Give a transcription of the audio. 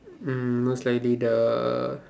mm most likely the